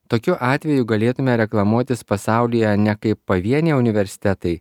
tokiu atveju galėtume reklamuotis pasaulyje ne kaip pavieniai universitetai